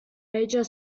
major